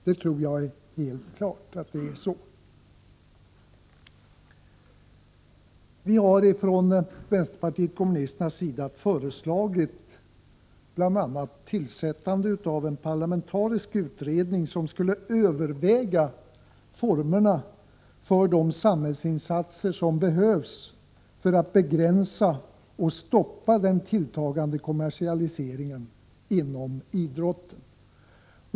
Jag tror att det är helt klart att det förhåller sig på det sättet. Vänsterpartiet kommunisterna har föreslagit bl.a. tillsättande av en parlamentarisk utredning som skulle överväga formerna för de samhällsinsatser som behövs för att begränsa och stoppa den tilltagande kommersialiseringen inom idrotten.